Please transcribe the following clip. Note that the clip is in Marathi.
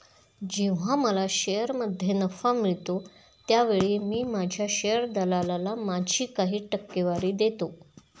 जेव्हा मला शेअरमध्ये नफा मिळतो त्यावेळी मी माझ्या शेअर दलालाला माझी काही टक्केवारी देतो